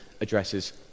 addresses